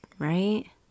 Right